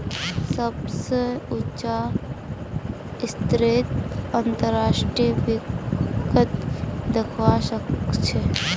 सबस उचा स्तरत अंतर्राष्ट्रीय वित्तक दखवा स ख छ